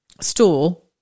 stool